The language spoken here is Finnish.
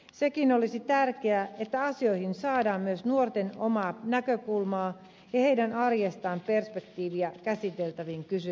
sekin olisi tärkeää että asioihin saadaan myös nuorten omaa näkökulmaa ja heidän arjestaan perspektiiviä käsiteltäviin kysymyksiin